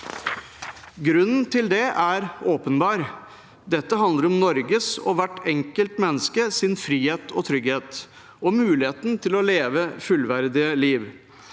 Grunnen til det er åpenbar. Dette handler om Norges og hvert enkelt menneskes frihet og trygghet og muligheten til å leve et fullverdig liv.